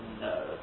No